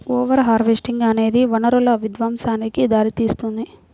over harvesting అనేది వనరుల విధ్వంసానికి దారితీస్తుంది